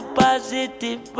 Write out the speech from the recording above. positive